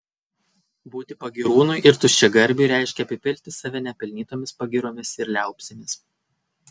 būti pagyrūnui ir tuščiagarbiui reiškia apipilti save nepelnytomis pagyromis ir liaupsėmis